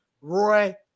Roy